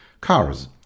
cars